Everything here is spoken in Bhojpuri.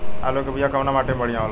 आलू के बिया कवना माटी मे बढ़ियां होला?